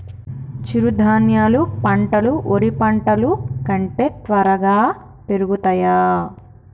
చిరుధాన్యాలు పంటలు వరి పంటలు కంటే త్వరగా పెరుగుతయా?